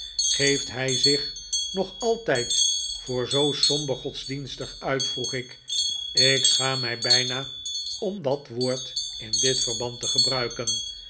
geeft hij zich nog altijd voor zoo somber godsdienstig uit vroeg ik ik schaam mij bijna om dat woord in dit verband te gebruiken